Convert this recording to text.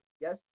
Yes